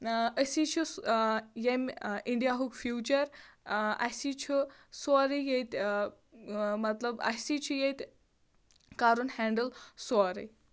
أسی چھِ آ ییٚمہِ اِنٛڈِیاہُک فیٛوٗچَر آ اَسی چھُ سورُے ییٚتہِ مطلب اَسی چھُ ییٚتہِ کَرُن ہینٛڈٕل سورُے